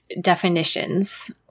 definitions